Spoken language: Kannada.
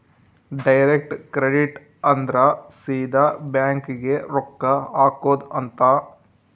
ಡೈರೆಕ್ಟ್ ಕ್ರೆಡಿಟ್ ಅಂದ್ರ ಸೀದಾ ಬ್ಯಾಂಕ್ ಗೇ ರೊಕ್ಕ ಹಾಕೊಧ್ ಅಂತ